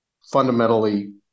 fundamentally